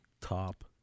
top